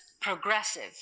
progressive